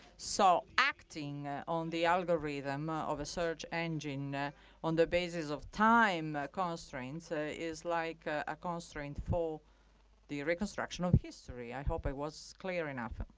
so acting on the algorithm of a search engine ah on the basis of time constrains is like a constraint for the reconstruction of history. i hope it was clear enough.